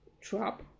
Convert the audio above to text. trap